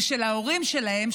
ושל ההורים שלהם,